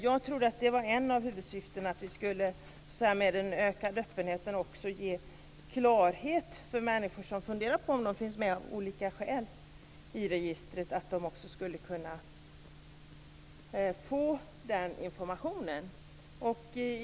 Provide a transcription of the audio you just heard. Jag trodde att ett av huvudsyftena med en ökad öppenhet var att man skulle ge klarhet och information till de människor som funderar över om de av olika skäl finns med i registret.